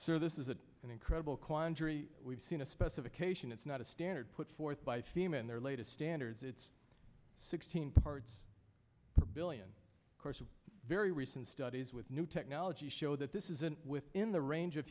so this is an incredible quandary we've seen a specification it's not a standard put forth by team and their latest standards it's sixteen parts per billion courses very recent studies with new technology show that this isn't within the range of